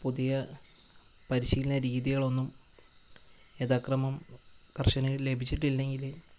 പുതിയ പരിശീലന രീതികളൊന്നും യഥാക്രമം കർഷകന് ലഭിച്ചിട്ടില്ലെങ്കിൽ